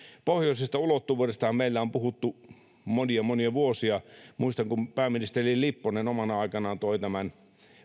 pohjoisesta ulottuvuudestahan meillä on puhuttu monia monia vuosia muistan kun pääministeri lipponen omana aikanaan toi tämän